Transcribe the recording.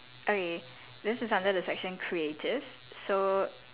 okay this is under the section creative so